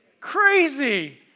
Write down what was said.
crazy